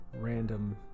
random